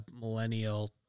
millennial